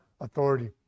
authority